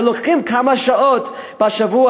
והם לוקחים כמה שעות בשבוע